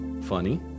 funny